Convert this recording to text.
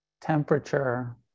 temperature